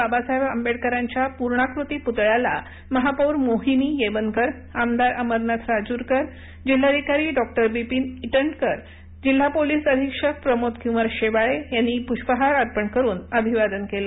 बाबासाहेब आंबेडकरांच्या पूर्णाकृती पुतळ्याला महापौर मोहिनी येवनकर आमदार अमरनाथ राजूरकर जिल्हाधिकारी डॉ विपिन ईटनकर जिल्हा पोलीस अधीक्षक प्रमोदक्मार शेवाळे यांनी पुष्पहार अर्पण करून अभिवादन केलं